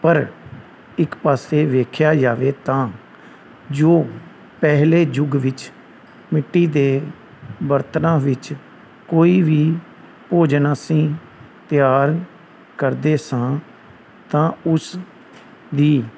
ਪਰ ਇੱਕ ਪਾਸੇ ਵੇਖਿਆ ਜਾਵੇ ਤਾਂ ਜੋ ਪਹਿਲੇ ਯੁੱਗ ਵਿੱਚ ਮਿੱਟੀ ਦੇ ਬਰਤਨਾਂ ਵਿੱਚ ਕੋਈ ਵੀ ਭੋਜਨ ਅਸੀਂ ਤਿਆਰ ਕਰਦੇ ਸਾਂ ਤਾਂ ਉਸ ਦੀ